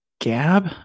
gab